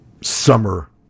summer